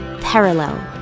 Parallel